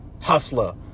Hustler